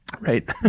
Right